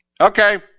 okay